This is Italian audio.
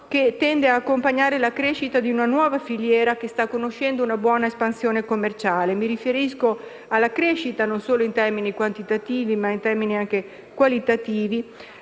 che tende ad accompagnare la crescita di una nuova filiera che sta conoscendo una buona espansione commerciale. Mi riferisco alla crescita - non solo in termini quantitativi, ma anche qualitativi